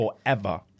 forever